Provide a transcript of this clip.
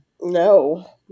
No